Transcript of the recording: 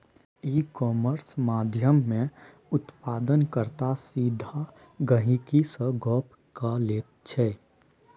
इ कामर्स माध्यमेँ उत्पादन कर्ता सीधा गहिंकी सँ गप्प क लैत छै